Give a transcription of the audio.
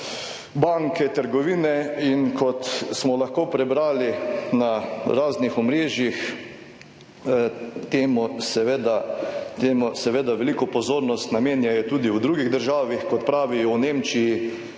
banke, trgovine, in kot smo lahko prebrali na raznih omrežjih, temu seveda veliko pozornost namenjajo tudi v drugih državah, kot pravijo v Nemčiji